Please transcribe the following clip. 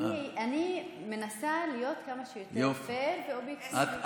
אני מנסה להיות כמה שיותר פייר ואובייקטיבית.